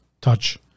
touch